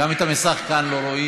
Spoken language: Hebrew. גם את המסך כאן לא רואים.